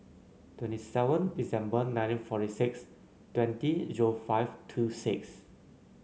twenty seven December nineteen forty six twenty zero five two six